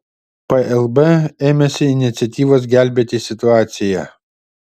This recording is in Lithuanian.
plb ėmėsi iniciatyvos gelbėti situaciją